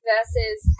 versus